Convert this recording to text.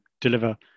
deliver